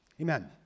Amen